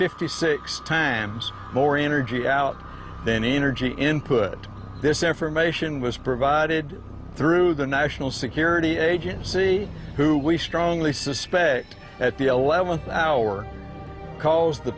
fifty six times more energy out than energy input this information was provided through the national security agency who we strongly suspect at the eleventh hour calls the